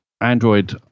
Android